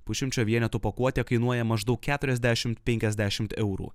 pusšimčio vienetų pakuotė kainuoja maždaug keturiasdešimt penkiasdešimt eurų